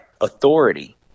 authority